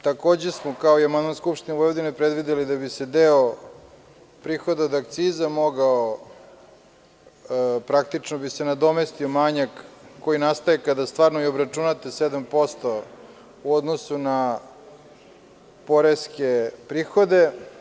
Takođe smo kao i amandman Skupštine Vojvodine predvideli da bi se deo prihoda od akciza mogao, praktično bi se nadomestio manjak koji nastaje kada stvarno i obračunate 7% u odnosu na poreske prihode.